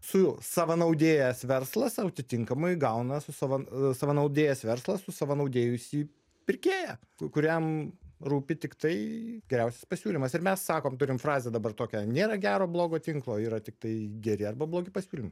susavanaudėjęs verslas o atitinkamai gauna su savo savanaudėjęs verslas susavanaudėjusį pirkėją kuriam rūpi tiktai geriausias pasiūlymas ir mes sakom turim frazę dabar tokio nėra gero blogo tinklo yra tiktai geri arba blogi pasiūlymai